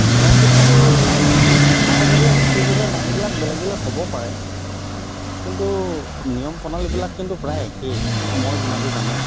গৰম পিঠাটো ঠাইভেদে অঞ্চলভেদে নামবিলাক বেলেগ বেলেগ হ'ব পাৰে কিন্তু নিয়ম প্ৰণালীবিলাক কিন্তু প্ৰায় একেই মই যিমান দূৰ জানো